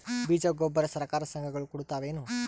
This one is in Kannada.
ಬೀಜ ಗೊಬ್ಬರ ಸರಕಾರ, ಸಂಘ ಗಳು ಕೊಡುತಾವೇನು?